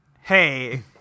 hey